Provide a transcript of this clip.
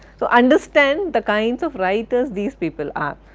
so understand the kinds of writers these people are.